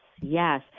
yes